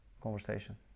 conversation